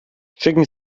schicken